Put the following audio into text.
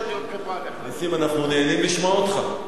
נסים, אנחנו נהנים לשמוע אותך.